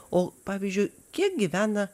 o pavyzdžiui kiek gyvena